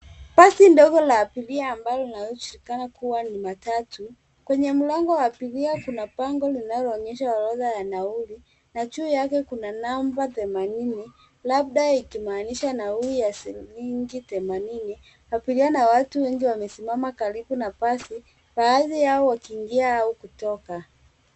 Nafasi ndogo ya hifadhi ipo karibu na mlango, pengine ikitumika kama sehemu ya kuingilia au kupitisha watu. Inaweza pia kuwa ni sehemu ndogo inayotumika kwa matatu kusimama kwa muda mfupi karibu na mlango wa hifadhi hiyo.